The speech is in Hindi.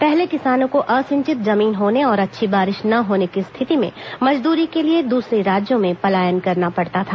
पहले किसानों को असिंचित जमीन होने और अच्छी बारिश न होने की स्थिति में मजदूरी के लिए दूसरे राज्यों में पलायन करना पड़ता था